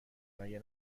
مگه